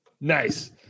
Nice